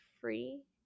free